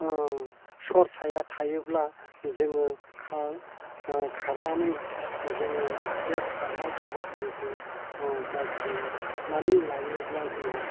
सरसाया थायोब्ला जोङो खार खारनानै जोङो बे खारनाय हाबाफारिखौ मावफुंनानै लायोब्ला जोंहा